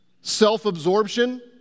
self-absorption